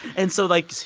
and so like,